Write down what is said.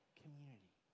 community